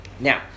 now